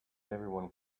everyone